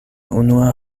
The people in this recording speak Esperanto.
unua